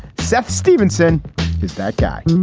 seth stevenson is that guy.